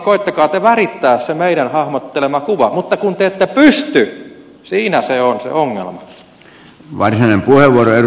koettakaa te värittää se meidän hahmottelemamme kuva mutta kun te ette pysty siinä se on se ongelma